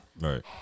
Right